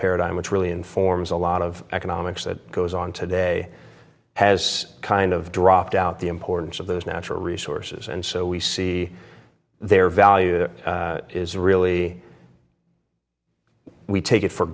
paradigm which really informs a lot of economics that goes on today has kind of dropped out the importance of those natural resources and so we see their value that is really we take it for